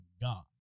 god